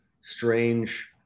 strange